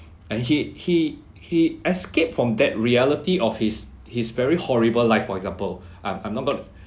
and he he he escaped from that reality of his his very horrible life for example I'm I'm not going to